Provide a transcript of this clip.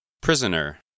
Prisoner